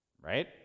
Right